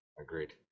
Agreed